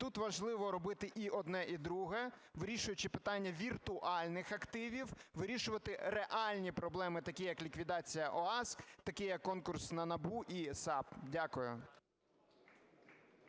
Тут важливо робити і одне, і друге, вирішуючи питання віртуальних активів, вирішувати реальні проблеми, такі як ліквідація ОАСК, такі як конкурс на НАБУ і САП. Дякую.